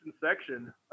section